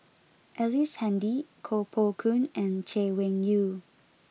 Ellice Handy Koh Poh Koon and Chay Weng Yew